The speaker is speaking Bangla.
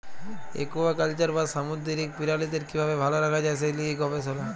একুয়াকালচার বা সামুদ্দিরিক পিরালিদের কিভাবে ভাল রাখা যায় সে লিয়ে গবেসলা